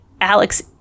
Alex